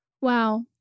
wow